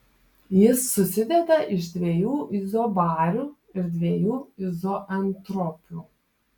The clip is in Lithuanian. jis susideda iš dviejų izobarių ir dviejų izoentropių